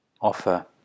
offer